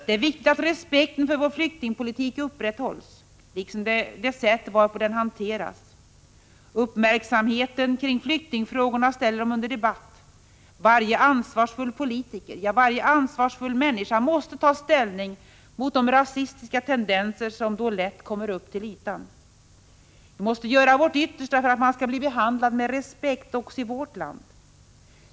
Det är viktigt att respekten för vår flyktingpolitik upprätthålls, liksom för det sätt varpå den hanteras. Uppmärksamheten kring flyktingfrågorna ställer dem under debatt. Varje ansvarsfull politiker, ja, varje ansvarsfull människa måste ta ställning mot de rasistiska tendenser som då lätt kommer upp till ytan. Vi måste göra vårt yttersta för att man skall bli behandlad med respekt också i vårt land.